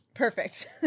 perfect